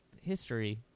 history